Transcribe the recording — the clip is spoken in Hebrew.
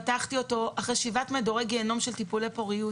פתחתי אותו אחרי שבעת מדורי גיהינום של טיפולי פוריות,